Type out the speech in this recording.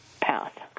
path